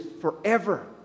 forever